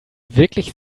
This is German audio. wirklich